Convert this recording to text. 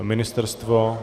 Ministerstvo?